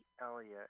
Elliott